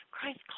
Christ